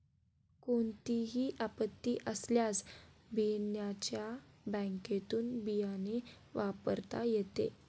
कोणतीही आपत्ती आल्यास बियाण्याच्या बँकेतुन बियाणे वापरता येते